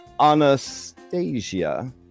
Anastasia